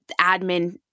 admin